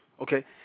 Okay